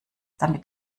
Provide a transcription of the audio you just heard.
damit